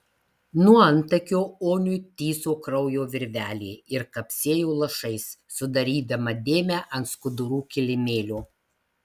nuo antakio oniui tįso kraujo virvelė ir kapsėjo lašais sudarydama dėmę ant skudurų kilimėlio